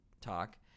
talk